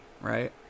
right